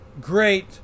great